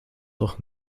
doch